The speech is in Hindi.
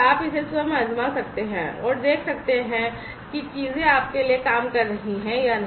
आप इसे स्वयं आजमा सकते हैं और देख सकते हैं कि चीजें आपके लिए काम कर रही हैं या नहीं